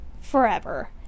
forever